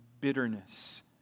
bitterness